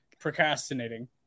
procrastinating